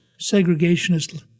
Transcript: segregationist